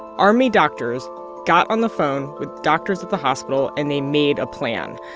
army doctors got on the phone with doctors at the hospital and they made a plan,